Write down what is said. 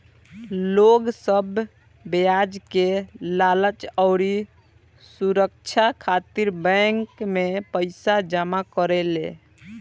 लोग सब ब्याज के लालच अउरी सुरछा खातिर बैंक मे पईसा जमा करेले